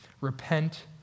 Repent